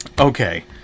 Okay